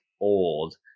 old